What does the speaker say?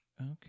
Okay